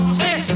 six